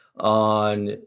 on